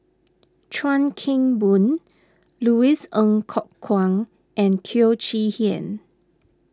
Chuan Keng Boon Louis Ng Kok Kwang and Teo Chee Hean